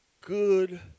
good